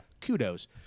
Kudos